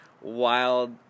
wild